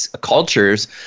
cultures